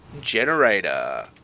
Generator